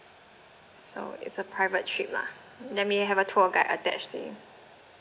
so it's a private trip lah that mean it have a tour guide attached to it